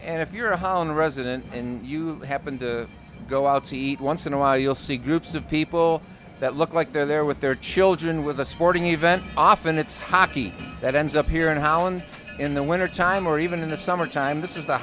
and if you're a holland resident and you happen to go out to eat once in awhile you'll see groups of people that look like they're there with their children with a sporting event often it's hockey that ends up here in holland in the winter time or even in the summertime this is the